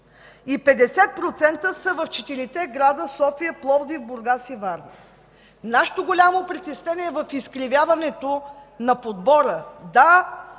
и 50% са в четирите града – София, Пловдив, Бургас и Варна. Нашето голямо притеснение е в изкривяването на подбора.